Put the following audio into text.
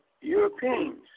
Europeans